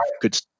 good